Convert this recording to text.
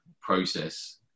process